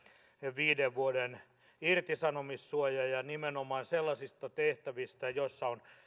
viiden vuoden irtisanomissuoja ja nimenomaan sellaisista tehtävistä joissa on